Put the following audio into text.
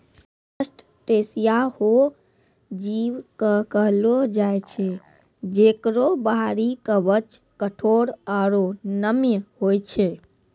crustacea हो जीव कॅ कहलो जाय छै जेकरो बाहरी कवच कठोर आरो नम्य होय छै